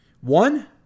One